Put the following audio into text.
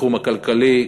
בתחום הכלכלי,